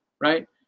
Right